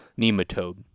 Nematode